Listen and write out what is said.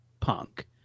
punk